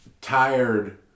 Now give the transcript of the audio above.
tired